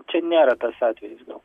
čia nėra tas atvejis gal